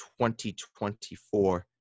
2024